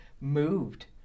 moved